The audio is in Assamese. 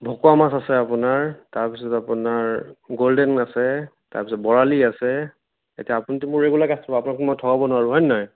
ভকুৱা মাছ আছে আপোনাৰ তাৰপিছত আপোনাৰ গ'ল্ডেন আছে তাৰপিছত বৰালি আছে এতিয়া আপুনিটো মোৰ ৰেগুলাৰ কাষ্ট'মাৰ আপোনাকতো মই ঠগাব নোৱাৰো হয়নে নহয়